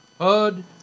HUD